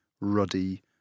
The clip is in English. ruddy